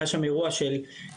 היה שם לא רק אירוע של דקירה,